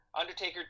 Undertaker